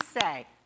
say